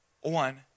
One